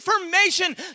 information